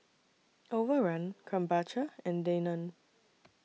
Overrun Krombacher and Danone